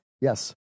Yes